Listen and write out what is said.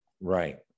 right